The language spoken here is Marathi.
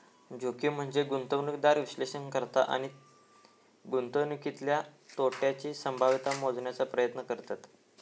जोखीम म्हनजे गुंतवणूकदार विश्लेषण करता आणि गुंतवणुकीतल्या तोट्याची संभाव्यता मोजण्याचो प्रयत्न करतत